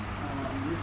orh is it